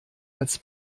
als